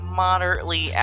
moderately